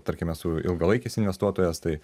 tarkim esu ilgalaikis investuotojas tai